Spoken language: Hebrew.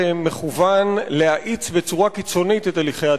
שמכוון להאיץ בצורה קיצונית את הליכי התכנון.